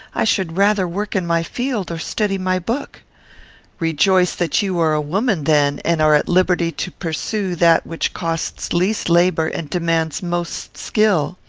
i should rather work in my field or study my book rejoice that you are a woman, then, and are at liberty to pursue that which costs least labour and demands most skill.